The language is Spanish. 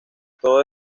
todo